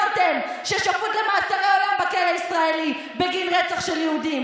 ששפוט למאסרי עולם בכלא הישראלי בגין רצח של יהודים,